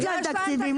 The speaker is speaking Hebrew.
יש להם תקציבים.